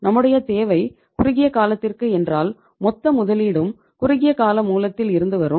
நம்முடைய தேவை குறுகிய காலத்திற்கு என்றால் மொத்த முதலீடும் குறுகியகால மூலத்தில் இருந்து வரும்